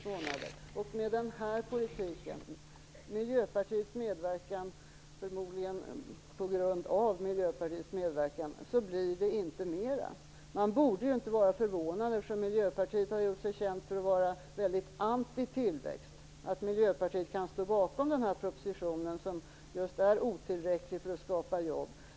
Men med den här politiken, och på grund av Miljöpartiets medverkan, blir det inte mera. Man borde inte vara förvånad - Miljöpartiet har ju gjort sig känt för att vara ett anti-tillväxtparti - att Miljöpartiet kan stå bakom den här propositionen, som just är otillräcklig när det gäller att skapa jobb.